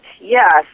yes